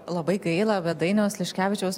labai gaila bet dainiaus liškevičiaus